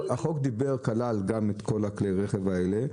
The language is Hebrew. החוק כלל גם את כל כלי הרכב האלה,